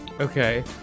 Okay